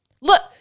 Look